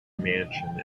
mansion